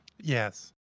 Yes